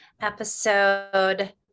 episode